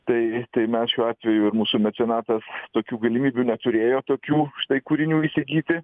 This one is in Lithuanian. tai tai mes šiuo atveju ir mūsų mecenatas tokių galimybių neturėjo tokių štai kūrinių įsigyti